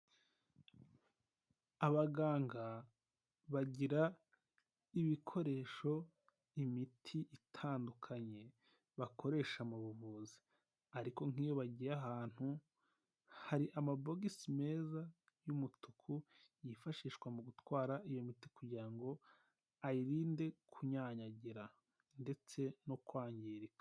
Abaganga bagira ibikoresho, imiti itandukanye bakoresha mu buvuzi ariko nk'iyo bagiye ahantu, hari amabogisi meza y'umutuku yifashishwa mu gutwara iyo miti kugira ngo ayirinde kunyanyagira ndetse no kwangirika.